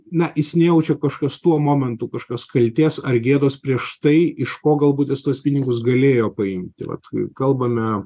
na jis nejaučia kažkas tuo momentu kažkas kaltės ar gėdos prieš tai iš ko galbūt jis tuos pinigus galėjo paimti vat kai kalbame